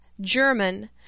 German